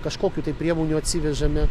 kažkokių tai priemonių atsivežame